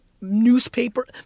newspaper